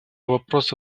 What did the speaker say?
вопроса